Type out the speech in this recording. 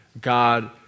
God